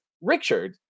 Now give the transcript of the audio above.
Richard